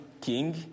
King